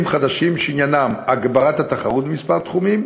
חדשים שעניינם הגברת התחרות בכמה תחומים: